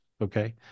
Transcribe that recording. Okay